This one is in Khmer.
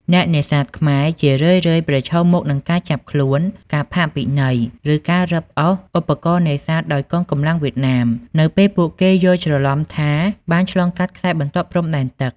អ្នកនេសាទខ្មែរជារឿយៗប្រឈមមុខនឹងការចាប់ខ្លួន ការផាកពិន័យ ឬការរឹបអូសឧបករណ៍នេសាទដោយកងកម្លាំងវៀតណាម នៅពេលពួកគេយល់ច្រឡំថាបានឆ្លងកាត់ខ្សែបន្ទាត់ព្រំដែនទឹក។